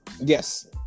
Yes